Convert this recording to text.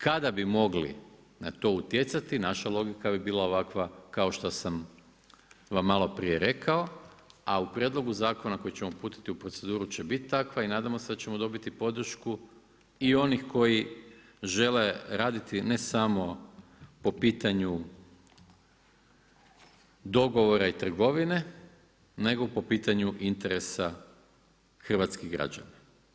Kada bi mogli na to utjecati naša logika bi bila ovakva kao što sam vam malo prije rekao, a u prijedlogu zakona koji ćemo uputiti u proceduru će biti takva i nadamo se da ćemo dobiti podršku i onih koji žele raditi ne samo po pitanju dogovora i trgovine, nego po pitanju interesa hrvatskih građana.